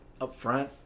upfront